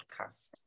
podcast